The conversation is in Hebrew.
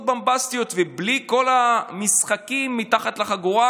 בומבסטיות ובלי כל המשחקים מתחת לחגורה,